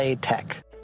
Tech